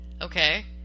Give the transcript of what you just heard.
Okay